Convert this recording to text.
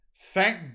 thank